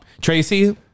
tracy